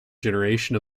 generation